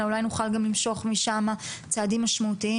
אלא אולי נוכל גם לבצע ממנו צעדים משמעותיים